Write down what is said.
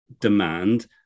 demand